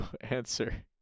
answer